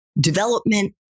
development